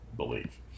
believe